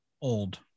old